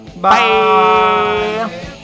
Bye